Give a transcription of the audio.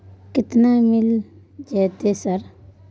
केतना मिल जेतै सर?